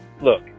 Look